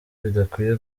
bidakwiye